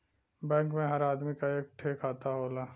bank मे हर आदमी क एक ठे खाता होला